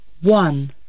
one